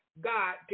God